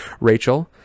Rachel